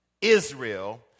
Israel